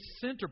center